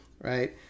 right